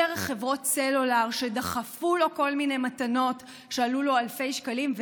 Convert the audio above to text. דרך חברות סלולר שדחפו לו כל מיני מתנות שעלו לו אלפי שקלים,